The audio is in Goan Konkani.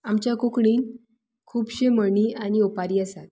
आमच्या कोंकणीन खुबशे म्हणी आनी ओंपारी आसात